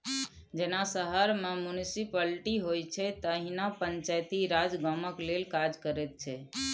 जेना शहर मे म्युनिसप्लिटी होइ छै तहिना पंचायती राज गामक लेल काज करैत छै